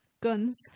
guns